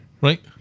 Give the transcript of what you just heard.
Right